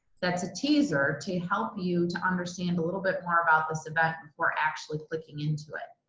that's a teaser to help you to understand a little bit more about this event before actually clicking into it.